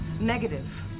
negative